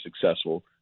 successful